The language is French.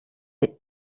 les